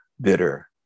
bitter